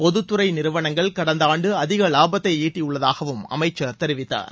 பொதுத்துறை நிறுவனங்கள் கடந்த ஆண்டு அதிக வாபத்தை ஈட்டியுள்ளதாகவும் அமைச்சர் தெரிவித்தார்